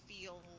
feel